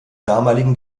damaligen